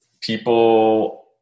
people